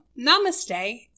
namaste